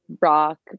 rock